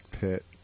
Pit